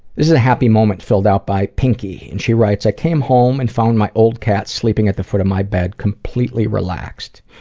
this is a happy moment filled out by pinky, and she writes, i came home and found my old cat sleeping at the foot of my bed, completely relaxed.